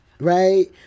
Right